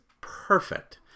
perfect